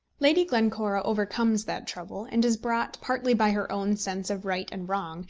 lady glencora overcomes that trouble, and is brought, partly by her own sense of right and wrong,